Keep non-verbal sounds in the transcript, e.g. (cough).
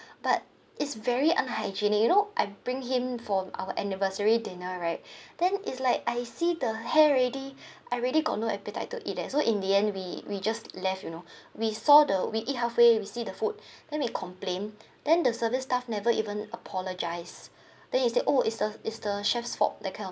but it's very unhygienic you know I bring him for our anniversary dinner right (breath) then is like I see the hair already (breath) I really got no appetite to eat leh so in the end we we just left you know we saw the we eat halfway we see the food (breath) then we complained then the service staff never even apologise then he said oh it's the it's the chef's fault that kind of